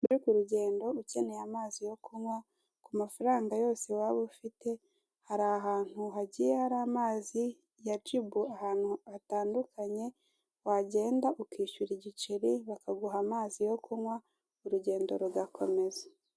Uri kurugendo ukeneye amazi yo kunywa ku mafaranga yose waba ufite, hari ahantu hagiye hari amazi ya jibu ahantu hatandukanye, wagenda ukishyura igiceri bakaguha amazi yo kunywa urugendo rugakomeza.